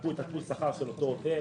לקחו את תלוש השכר של אותו עובד,